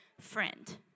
friend